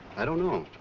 i don't know.